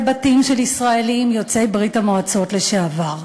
בתים של ישראלים יוצאי ברית-המועצות לשעבר,